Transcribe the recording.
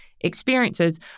Experiences